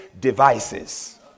devices